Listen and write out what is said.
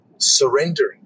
Surrendering